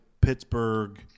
Pittsburgh –